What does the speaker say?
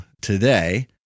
today